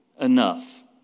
enough